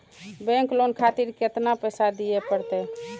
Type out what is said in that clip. Bank loan खातीर केतना पैसा दीये परतें?